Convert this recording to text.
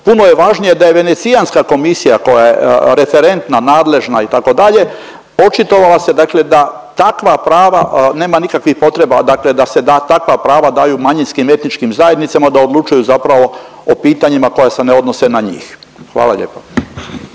puno je važnije da je Venecijanska komisija koja je referentna nadležna itd., očitovala se dakle da takva prava nema nikakvih potreba dakle da se da takva prava daju manjinskim etničkim zajednicama da odlučuju zapravo o pitanjima koja se ne odnose na njih. Hvala lijepa.